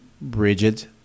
Bridget